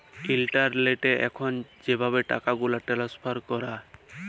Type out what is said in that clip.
ইলটারলেটে এখল যেভাবে টাকাগুলা টেলেস্ফার ক্যরে